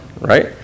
right